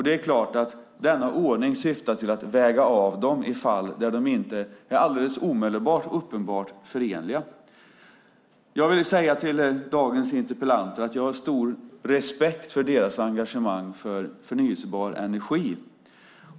Det är klart att denna ordning syftar till att väga av dem i fall där de inte alldeles omedelbart är uppenbart förenliga. Jag vill säga till dagens interpellant och meddebattörer att jag har stor respekt för deras engagemang för förnybar energi.